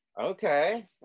okay